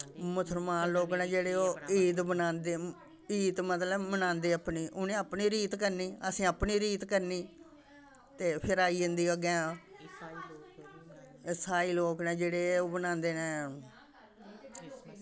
मुसलमान लोक न जेह्ड़े ओह् ईद मनांदे ईद मतलब मनांदे अपनी उ'नें अपनी रीत करनी असें अपनी रीत करनी ते फिर आई जंदी अग्गें ईसाई लोक न जेह्ड़े ओह् मनांदे न